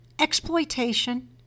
exploitation